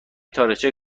تاریخچه